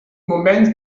moment